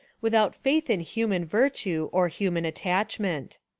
without faith in human virtue or human attachment.